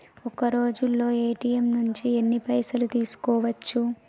ఒక్కరోజులో ఏ.టి.ఎమ్ నుంచి ఎన్ని పైసలు తీసుకోవచ్చు?